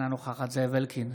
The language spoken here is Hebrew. אינה נוכחת זאב אלקין,